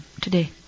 today